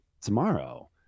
tomorrow